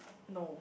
no